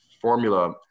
formula